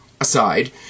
aside